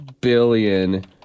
billion